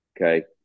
okay